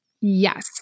Yes